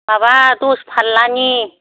माबा दस फारलानि